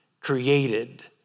created